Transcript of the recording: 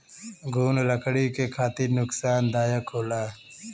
घुन लकड़ी के खातिर नुकसानदायक होला